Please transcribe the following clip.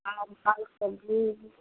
दालि भात सब्जी